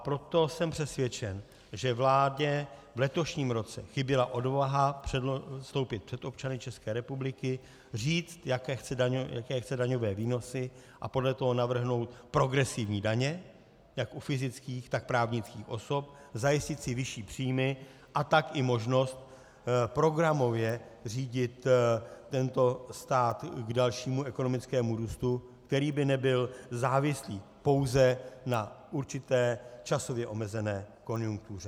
Proto jsem přesvědčen, že vládě v letošním roce chyběla odvaha předstoupit před občany České republiky, říct, jaké chce daňové výnosy, a podle toho navrhnout progresivní daně jak u fyzických, tak u právnických osob, zajistit si vyšší příjmy, a tak i možnost programově řídit tento stát k dalšímu ekonomickému růstu, který by nebyl závislý pouze na určité časově omezené konjunktuře.